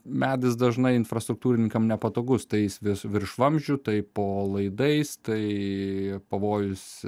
medis dažnai infrastruktūrininkam nepatogus tai jis virš vamzdžių tai po laidais tai pavojus